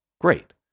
Great